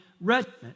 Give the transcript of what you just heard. regiment